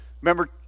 Remember